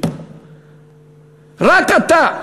רק אתה.